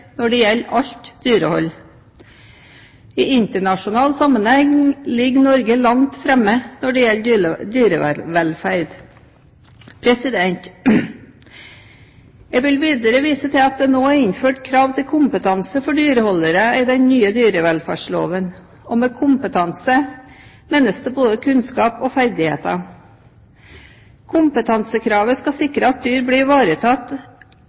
når det gjelder dyrevelferd. Jeg vil videre vise til at det nå er innført krav til kompetanse for dyreholdere i den nye dyrevelferdsloven, og med kompetanse menes det både kunnskap og ferdigheter. Kompetansekravet skal sikre at dyr blir ivaretatt